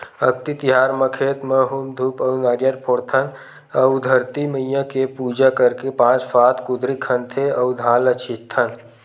अक्ती तिहार म खेत म हूम धूप अउ नरियर फोड़थन अउ धरती मईया के पूजा करके पाँच सात कुदरी खनथे अउ धान ल छितथन